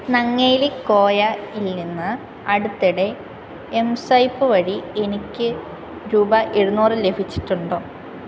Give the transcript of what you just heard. നങ്ങേലി കോയ ഇൽ നിന്ന് അടുത്തിടെ എം സ്വൈപ്പ് വഴി എനിക്ക് രൂപ എഴുന്നൂറ് ലഭിച്ചിട്ടുണ്ടോ